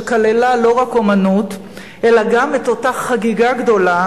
שכללה לא רק אמנות אלא גם את אותה חגיגה גדולה